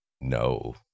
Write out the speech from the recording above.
No